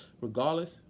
regardless